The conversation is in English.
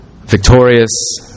victorious